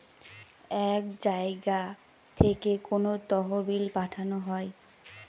এক জায়গা থেকে কোনো তহবিল পাঠানো হয়